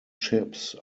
chips